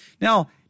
Now